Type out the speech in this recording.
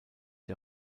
der